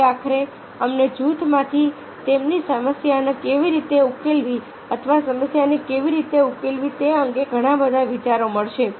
તેથી આખરે અમને જૂથમાંથી તેમની સમસ્યાને કેવી રીતે ઉકેલવી અથવા સમસ્યાને કેવી રીતે ઉકેલવી તે અંગે ઘણા બધા વિચારો મળશે